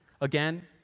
Again